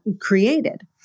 created